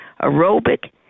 aerobic